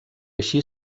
així